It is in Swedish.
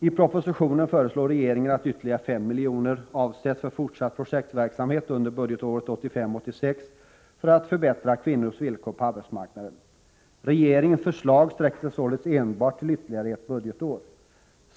I propositionen föreslår regeringen att ytterligare 5 milj.kr. avsätts för fortsatt projektverksamhet under budgetåret 1985/86 för att förbättra kvinnornas villkor på arbetsmarknaden. Regeringens förslag sträcker sig således enbart ytterligare ett budgetår framåt.